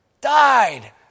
died